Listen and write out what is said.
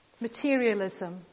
materialism